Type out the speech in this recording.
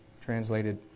translated